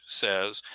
says